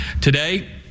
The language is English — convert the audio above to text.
Today